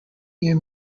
air